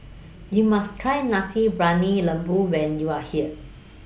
YOU must Try Nasi Briyani Lembu when YOU Are here